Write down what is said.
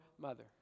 mother